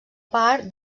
part